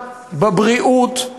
בבריאות,